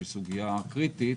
שהיא סוגיה קריטית,